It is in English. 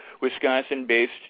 Wisconsin-based